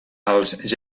els